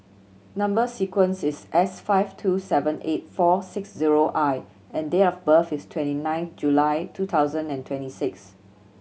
number sequence is S five two seven eight four six zero I and date of birth is twenty nine July two thousand and twenty six